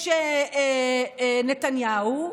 יש נתניהו,